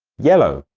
yellow